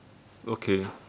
okay